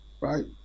right